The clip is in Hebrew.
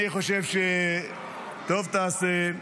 אני חושב שטוב תעשה,